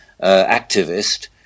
activist